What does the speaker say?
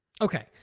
Okay